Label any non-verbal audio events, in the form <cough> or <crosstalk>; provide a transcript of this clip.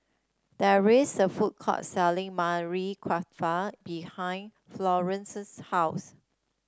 there is a food court selling <unintelligible> Kofta behind Florence's house